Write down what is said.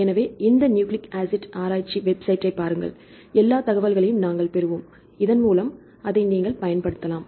எனவே இந்த nucleic acid ஆராய்ச்சி வெப்சைட்ப் பாருங்கள் எல்லா தகவல்களையும் நாங்கள் பெறுவோம் இதன் மூலம் நீங்கள் அதைப் பயன்படுத்தலாம்